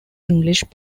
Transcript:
english